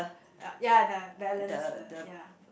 uh ya uh balance ya